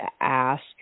ask